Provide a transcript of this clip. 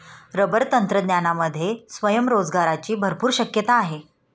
rubber तंत्रज्ञानामध्ये स्वयंरोजगाराची भरपूर शक्यता आहे